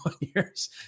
years